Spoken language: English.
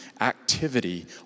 activity